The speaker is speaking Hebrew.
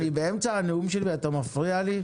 אני באמצע הנאום שלי ואתה מפריע לי.